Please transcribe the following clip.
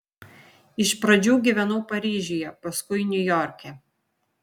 iš pradžių gyvenau paryžiuje paskui niujorke